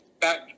back